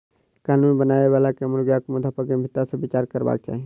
कानून बनाबय बला के मुर्गाक मुद्दा पर गंभीरता सॅ विचार करबाक चाही